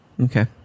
okay